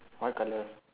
what colour